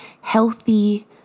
healthy